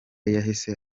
yahise